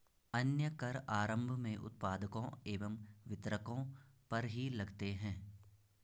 अन्य कर आरम्भ में उत्पादकों एवं वितरकों पर ही लगते हैं